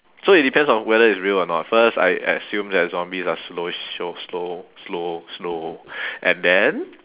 so it depends on whether it's real or not first I assume that zombies are slowish show slow slow slow and then